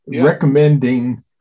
recommending